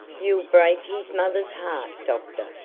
you'll break his mother's heart, doctor,